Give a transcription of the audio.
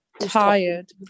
Tired